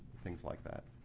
things like that.